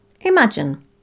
Imagine